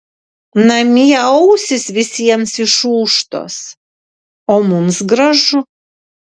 namie ausys visiems išūžtos o mums gražu